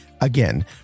again